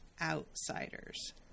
outsiders